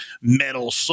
metal